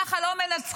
ככה לא מנצחים.